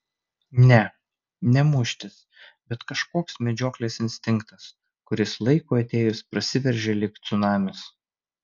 ne ne muštis bet kažkoks medžioklės instinktas kuris laikui atėjus prasiveržia lyg cunamis